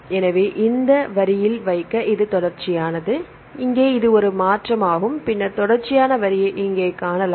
எனவே இங்கே வரியில் வைக்க இது தொடர்ச்சியானது இங்கே இது ஒரு மாற்றமாகும் பின்னர் தொடர்ச்சியான வரியை இங்கே காணலாம்